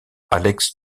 alex